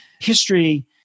history